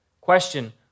Question